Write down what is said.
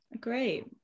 Great